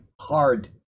hard